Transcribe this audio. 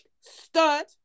stud